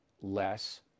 less